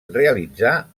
realitzà